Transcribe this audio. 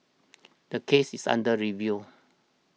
the case is under review